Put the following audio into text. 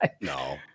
No